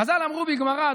חז"ל אמרו בגמרא,